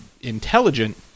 intelligent